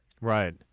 Right